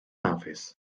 dafis